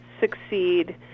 succeed